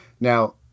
Now